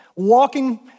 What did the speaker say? walking